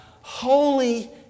holy